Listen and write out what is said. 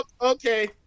okay